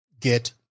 get